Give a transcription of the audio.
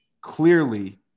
clearly –